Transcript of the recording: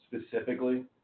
specifically